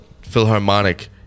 Philharmonic